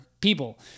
people